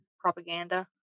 propaganda